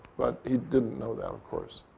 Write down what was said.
but he didn't know that, of course.